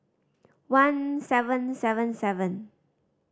one seven seven seven